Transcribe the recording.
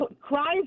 cries